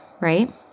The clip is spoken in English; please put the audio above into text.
right